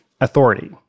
authority